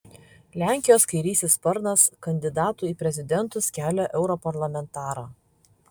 lenkijos kairysis sparnas kandidatu į prezidentus kelia europarlamentarą